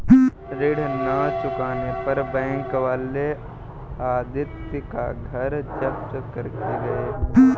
ऋण ना चुकाने पर बैंक वाले आदित्य का घर जब्त करके गए हैं